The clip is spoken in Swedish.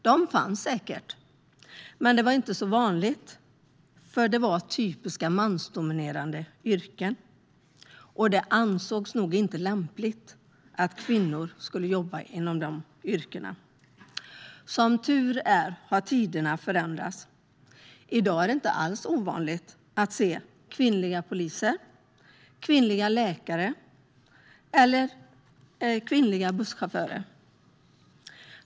De fanns säkert, men det var inte så vanligt eftersom detta var typiska mansdominerade yrken som nog inte ansågs lämpliga för kvinnor. Som tur är har tiderna förändrats. I dag är det inte alls ovanligt att se kvinnliga poliser, kvinnliga läkare och kvinnliga busschaufförer.